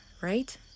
right